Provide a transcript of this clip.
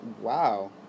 Wow